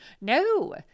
no